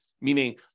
meaning